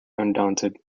undaunted